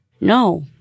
No